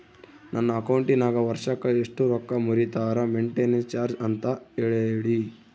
ನನ್ನ ಅಕೌಂಟಿನಾಗ ವರ್ಷಕ್ಕ ಎಷ್ಟು ರೊಕ್ಕ ಮುರಿತಾರ ಮೆಂಟೇನೆನ್ಸ್ ಚಾರ್ಜ್ ಅಂತ ಹೇಳಿ?